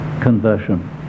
conversion